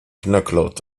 knacklaut